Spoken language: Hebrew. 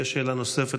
יש שאלה נוספת,